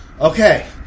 Okay